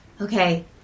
okay